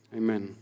amen